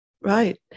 Right